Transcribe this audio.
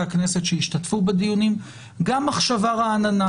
הכנסת שישתתפו בדיונים גם מחשבה רעננה